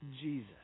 Jesus